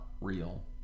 real